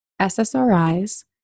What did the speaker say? SSRIs